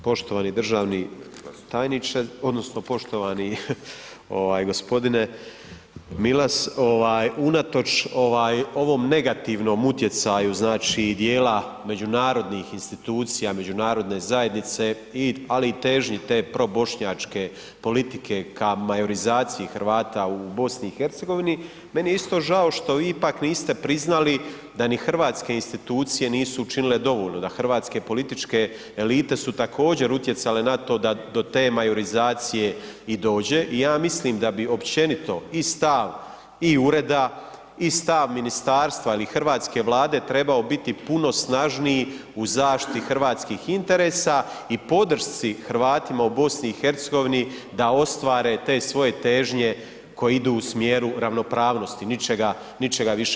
Poštovani državni tajniče odnosno poštovani ovaj gospodine Milas ovaj unatoč ovaj ovom negativnom utjecaju znači dijela međunarodnih institucija, međunarodne zajednice ali i težnji te probošnjačke politike ka majorizaciji Hrvata u BiH meni je isto žao što vi ipak niste priznali da ni hrvatske institucije nisu učinile dovoljno, da hrvatske političke elite su također utjecale na to da do te majorizacije i dođe i ja mislim da bi općenito i stav i ureda i stav ministarstva ili Hrvatske vlade trebao biti puno snažniji u zaštiti hrvatskih interesa i podršci Hrvatima u BiH da ostvare te svoje težnje koji idu u smjeru ravnopravnosti, ničega više.